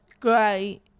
great